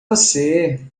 você